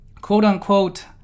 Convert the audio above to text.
quote-unquote